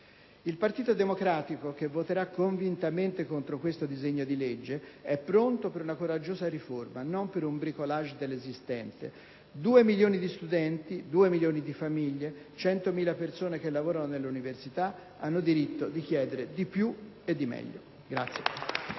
Il Partito Democratico, che voterà convintamene contro questo disegno di legge, è pronto per una coraggiosa riforma, non per un *bricolage* dell'esistente. Due milioni di studenti, due milioni di famiglie, centomila persone che lavorano nelle università hanno diritto di chiedere di più e di meglio.